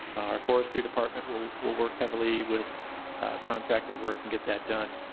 our forestry department will will work heavily with contracted work and get that done.